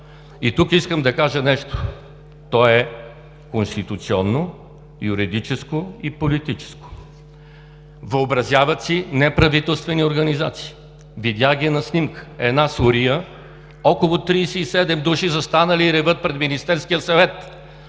И тук искам да кажа нещо. То е конституционно, юридическо и политическо! Въобразяват си неправителствени организации, видях ги на снимка, една сюрия – около 37 души, застанали и реват пред Министерския съвет,